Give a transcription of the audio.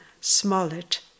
Smollett